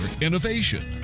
innovation